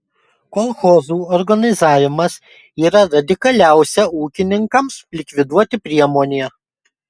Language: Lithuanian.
kolchozų organizavimas yra radikaliausia ūkininkams likviduoti priemonė